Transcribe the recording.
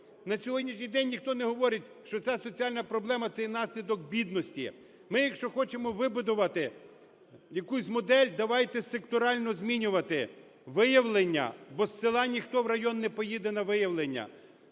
На сьогоднішній день ніхто не говорить, що ця соціальна проблема – це є наслідок бідності. Ми, якщо хочемо вибудувати якусь модель, давайте секторально змінювати виявлення, бо з села ніхто в район не поїде на виявлення.